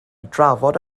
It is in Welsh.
drafod